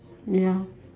ya